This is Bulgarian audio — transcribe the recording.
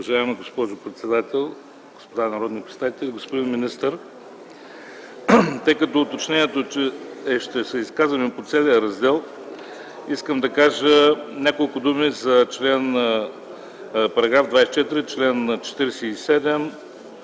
Уважаема госпожо председател, господа народни представители, господин министър! Тъй като уточнението е, че ще се изказваме по целия раздел, искам да кажа няколко думи за § 24, чл. 47